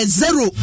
zero